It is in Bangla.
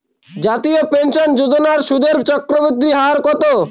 জাতীয় পেনশন যোজনার সুদের চক্রবৃদ্ধি হার কত?